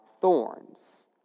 thorns